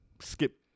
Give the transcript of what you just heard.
skip